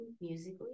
musically